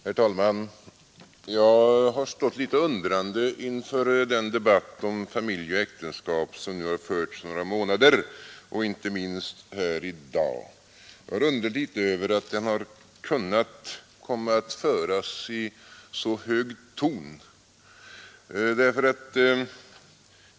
Herr talman! Jag har stått litet undrande inför den debatt om familj och äktenskap som nu har förts några månader och inte minst här i dag. Jag har undrat över att den kunnat föras i så hög ton.